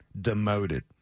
demoted